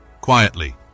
quietly